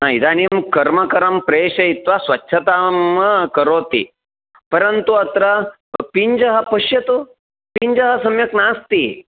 न इदानीं कर्मकरं प्रेषयित्वा स्वच्छतां करोति परन्तु अत्र पिञ्जः पश्यतु पिञ्जः सम्यक् नास्ति